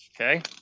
Okay